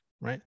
right